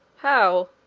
how!